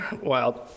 wild